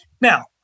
Now